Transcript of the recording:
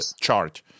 chart